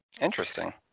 Interesting